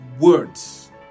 words